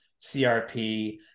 CRP